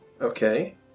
Okay